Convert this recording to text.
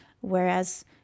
whereas